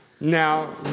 Now